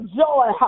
joy